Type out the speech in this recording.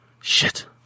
Shit